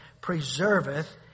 Preserveth